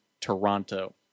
Toronto